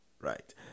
right